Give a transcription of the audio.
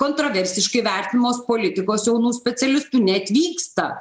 kontroversiškai vertinamos politikos jaunų specialistų neatvyksta